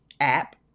app